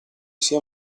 sia